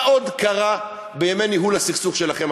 מה עוד קרה בימי ניהול הסכסוך שלכם,